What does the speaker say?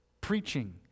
preaching